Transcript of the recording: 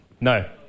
No